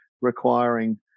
requiring